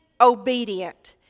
obedient